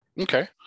Okay